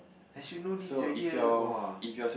I should know this earlier !woah!